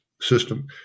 system